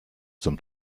zum